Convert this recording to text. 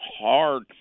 hard